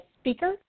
speaker